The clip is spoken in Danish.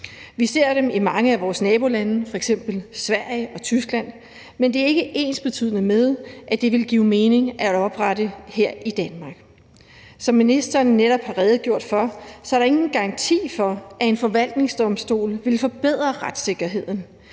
i mange af vores nabolande, f.eks. Sverige og Tyskland, men det er ikke ensbetydende med, at det vil give mening at oprette dem her i Danmark. Som ministeren netop har redegjort for, er der ingen garanti for, at en forvaltningsdomstol vil forbedre retssikkerheden,